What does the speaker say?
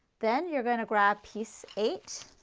then you are going to grab piece eight,